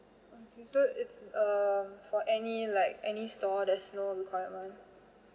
okay so it's uh for any like any store there's no requirement